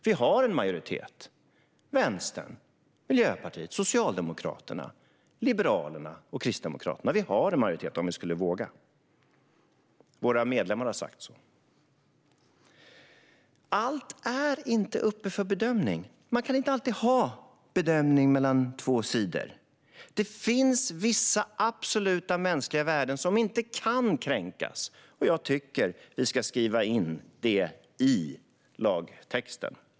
Vi har en majoritet: Vänstern, Miljöpartiet, Socialdemokraterna, Liberalerna och Kristdemokraterna. Vi har en majoritet - om vi skulle våga. Våra medlemmar har sagt så. Allt är inte uppe för bedömning. Man kan inte alltid göra en bedömning mellan två sidor. Det finns vissa absoluta mänskliga värden som inte kan kränkas. Jag tycker att vi ska skriva in det i lagtexten.